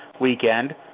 weekend